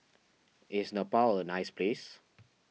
is Nepal a nice place